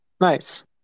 nice